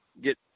get